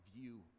view